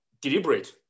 deliberate